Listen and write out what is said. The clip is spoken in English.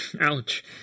Ouch